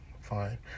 Fine